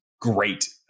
great